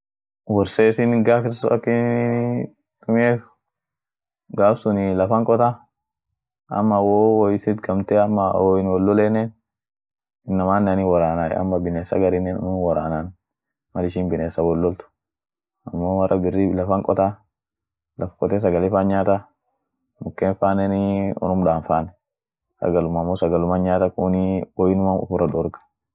worsesin gaaf isasun akininii tumiet gaaf sunii lafan qota ama wo wo isit gamte ama woin wollolenen inamanea hinworanay ama biness hagrinen unum woranan mal ishin binesan wololt amo mara birri lafan qota laf qote sagale fan nyaata muken fanen unum damfan, sagalum amo sagaluman nyaata kuuni woinuman uffira dorg.